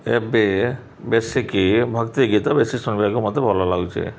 ଏବେ ବେଶିକି ଭକ୍ତି ଗୀତ ବେଶୀ ଶୁଣିବାକୁ ମୋତେ ଭଲ ଲାଗୁଛେ